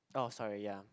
oh sorry ya